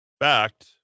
Fact